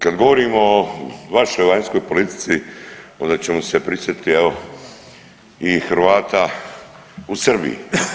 Kad govorimo o vašoj vanjskoj politici onda ćemo se prisjetiti evo i Hrvata u Srbiji.